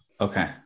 okay